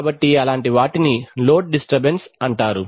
కాబట్టి అలాంటి వాటిని లోడ్ డిస్టర్బెన్స్ అంటారు